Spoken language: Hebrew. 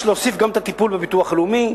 יש להוסיף גם את הטיפול בביטוח הלאומי,